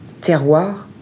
terroir